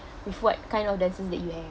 with what kind of dancer that you have